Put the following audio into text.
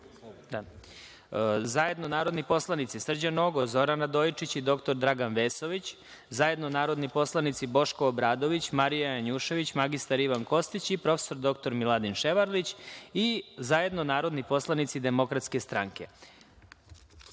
zajedno narodni poslanici Srđan Nogo, Zoran Radojičić i dr Dragan Vesović, zajedno narodni poslanici Boško Obradović, Marija Janjušević, mr Ivan Kostić i prof. dr Miladin Ševarlić, i zajedno narodni poslanici Demokratske stranke. Reč